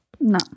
No